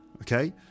Okay